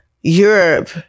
Europe